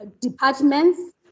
departments